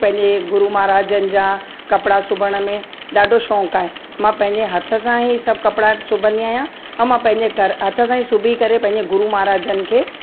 पंहिंजे गुरू महाराजनि जा कपिड़ा सिबण में ॾाढो शौक़ु आहे मां पंहिंजे हथ सां ई सभु कपिड़ा सिबंदी आहियां ऐं मां पंहिंजे ग हथ सां ई सिबी करे पंहिंजे गुरू महाराजनि खे